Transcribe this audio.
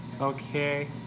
Okay